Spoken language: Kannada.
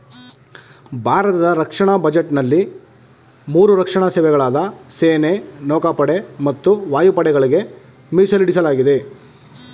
ಭಾರತದ ರಕ್ಷಣಾ ಬಜೆಟ್ನಲ್ಲಿ ಮೂರು ರಕ್ಷಣಾ ಸೇವೆಗಳಾದ ಸೇನೆ ನೌಕಾಪಡೆ ಮತ್ತು ವಾಯುಪಡೆಗಳ್ಗೆ ಮೀಸಲಿಡಲಾಗಿದೆ